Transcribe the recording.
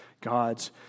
God's